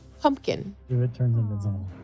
pumpkin